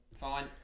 Fine